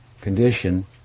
condition